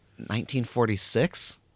1946